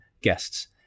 guests